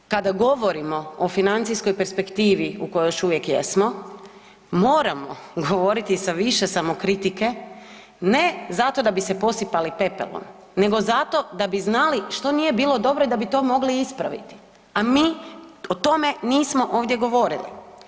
Međutim, kada govorimo o financijskoj perspektivi u kojoj još uvijek jesmo moramo govoriti sa više samokritike, ne zato da bi se posipali pepelom, nego zato da bi znali što nije bilo dobro i da bi to mogli ispraviti, a mi o tome nismo ovdje govorili.